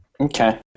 Okay